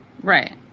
Right